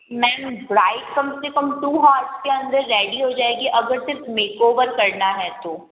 ma'am bride कम से कम टू आर्स के अन्दर रेडी हो जाएगी अगर सिर्फ मेकओवर करना है तो